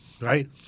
right